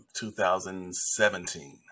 2017